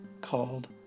called